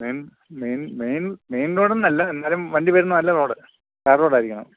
main main main main road എന്നല്ല എന്നാലും വണ്ടിവരുന്ന നല്ല റോഡ് ടാർ റോഡ് ആയിരിക്കണം